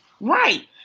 right